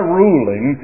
ruling